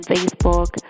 Facebook